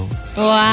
Wow